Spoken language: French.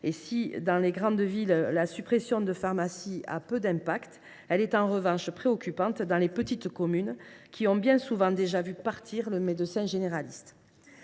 Si, dans les grandes villes, la suppression de pharmacies a peu d’incidences, elle est en revanche préoccupante dans les petites communes, qui ont bien souvent déjà vu partir le médecin généraliste.